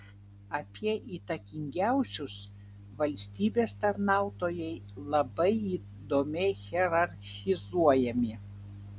apie įtakingiausius valstybės tarnautojai labai įdomiai hierarchizuojami